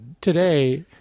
today